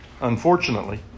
unfortunately